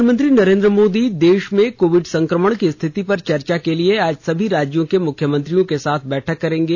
प्रधानमंत्री नरेंद्र मोदी देश में कोविड संक्रमण की स्थिति पर चर्चा के लिए आज सभी राज्यों के मुख्यमंत्रियों के साथ बैठक करेंगे